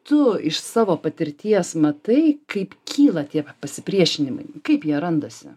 tu iš savo patirties matai kaip kyla tie pasipriešinimai kaip jie randasi